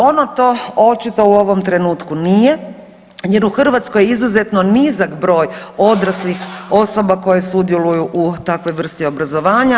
Ono to očito u ovom trenutku nije jer u Hrvatskoj je izuzetno nizak broj odraslih osoba koje sudjeluju u takvoj vrsti obrazovanja.